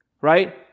Right